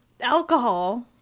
alcohol